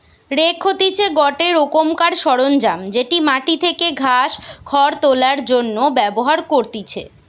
rake হতিছে গটে রোকমকার সরঞ্জাম যেটি মাটি থেকে ঘাস, খড় তোলার জন্য ব্যবহার করতিছে